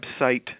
website